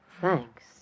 Thanks